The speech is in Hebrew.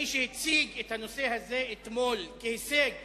שמי שהציג את הנושא הזה אתמול כהישג